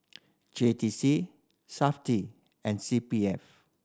J T C Safti and C P F